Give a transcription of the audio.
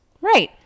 Right